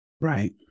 Right